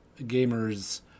Gamers